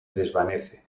desvanece